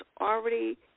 already